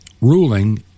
ruling